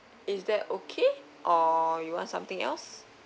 is that okay or you want something else